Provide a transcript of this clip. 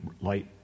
light